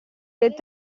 tetto